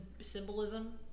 symbolism